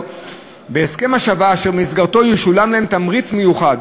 בהסכם השבה אשר במסגרתו ישולם להם תמריץ מיוחד,